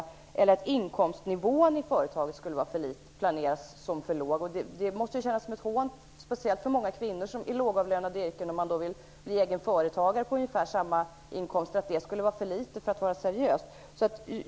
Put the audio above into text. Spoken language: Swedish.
Det kan handla om att inkomstnivån i företaget enligt planerna kommer att bli för låg, och det måste ju kännas som ett hån speciellt för många kvinnor i lågavlönade yrken som vill bli egen företagare med ungefär samma inkomst att få höra att det skulle vara för litet för att vara seriöst.